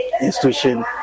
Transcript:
institution